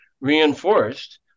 reinforced